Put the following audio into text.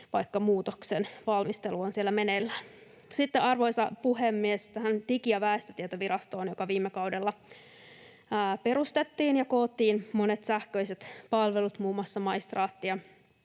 vaikka muutoksen valmistelu on siellä meneillään. Sitten, arvoisa puhemies, tähän Digi- ja väestötietovirastoon, joka viime kaudella perustettiin ja johon koottiin monet sähköiset palvelut, muun muassa maistraatti